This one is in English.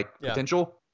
potential